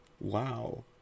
Wow